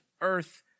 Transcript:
Earth